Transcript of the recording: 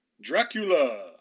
dracula